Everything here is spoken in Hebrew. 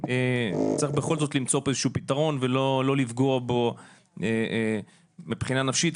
צריך בכל זאת למצוא איזשהו פתרון ולא לפגוע בו מבחינה נפשית,